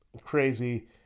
crazy